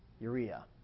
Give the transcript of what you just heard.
urea